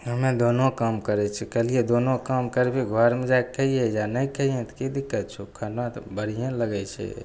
हमे दुनू काम करै छिए कहलिए दुनू काम करबही घरमे जाके खाइहेँ एहिजाँ नहि खाइहेँ तऽ कि दिक्कत छौ खाना तऽ बढ़िए लगै छै